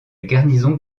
garnison